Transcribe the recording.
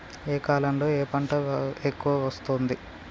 ఏ కాలంలో ఏ పంట ఎక్కువ వస్తోంది?